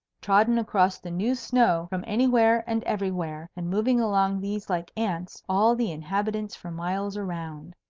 trodden across the new snow from anywhere and everywhere and moving along these like ants, all the inhabitants for miles around.